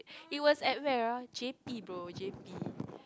it was at where ah J_P bro J_P